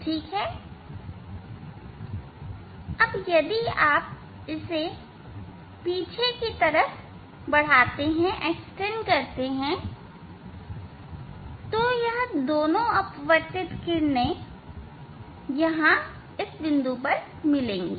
ठीक है यदि आप इसे पीछे की तरफ बढ़ाते हैं यह दोनों अपवर्तित किरणें यहां मिलेंगी